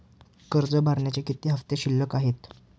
कर्ज भरण्याचे किती हफ्ते शिल्लक आहेत?